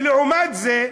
ולעומת זה,